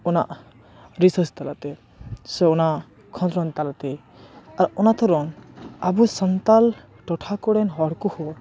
ᱚᱱᱟ ᱨᱤᱥᱟᱨᱪ ᱛᱟᱞᱟᱛᱮ ᱥᱮ ᱚᱱᱟ ᱠᱷᱚᱸᱫᱽᱨᱚᱸᱫᱽ ᱛᱟᱞᱟᱛᱮ ᱚᱱᱟ ᱛᱮᱲᱚᱝ ᱟᱵᱚ ᱥᱟᱱᱛᱟᱲ ᱴᱚᱴᱷᱟ ᱠᱚᱨᱮᱱ ᱦᱚᱲ ᱠᱚᱦᱚᱸ